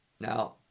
Now